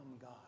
God